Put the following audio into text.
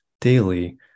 daily